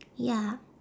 ya